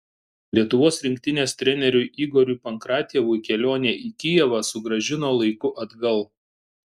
lietuvos rinktinės treneriui igoriui pankratjevui kelionė į kijevą sugrąžino laiku atgal